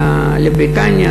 לבריטניה,